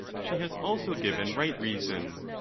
she has also given right reason,